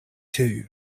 too